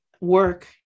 work